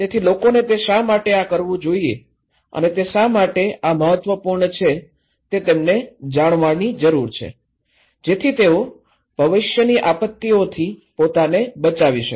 તેથી લોકોને તે શા માટે આ કરવું જોઈએ અને તે શા માટે આ મહત્વપૂર્ણ છે તે તેમને જાણવાની જરૂર છે જેથી તેઓ ભવિષ્યની આપત્તિઓથી પોતાને બચાવી શકે